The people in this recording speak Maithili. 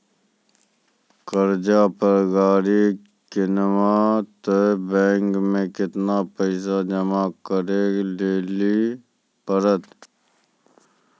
कर्जा पर गाड़ी किनबै तऽ बैंक मे केतना पैसा जमा करे लेली पड़त?